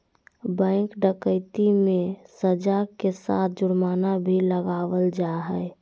bank डकैती मे सज़ा के साथ जुर्माना भी लगावल जा हय